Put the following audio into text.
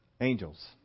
angels